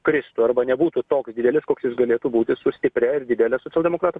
kristų arba nebūtų toks didelis koks jis galėtų būti su stipria ir didele socialdemokratų